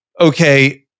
okay